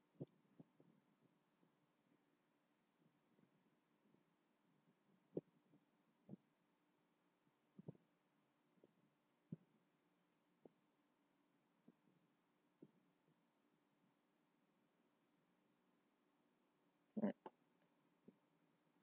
but